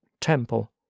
Temple